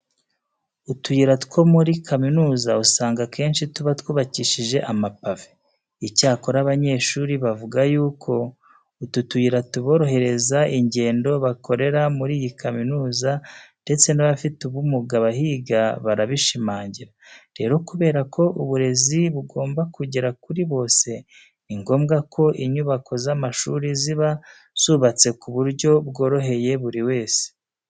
Utuyira two muri kaminuza usanga akenshi tuba twubakishije amapave. Icyakora abanyeshuri bavuga yuko utu tuyira tuborohereza ingendo bakorera muri iyi kaminuza ndetse n'abafite ubumuga bahiga barabishimangira. Rero kubera ko uburezi bugomba kugera kuri bose, ni ngombwa ko inyubako z'amashuri ziba zubatse ku buryo bworoheye buri wese.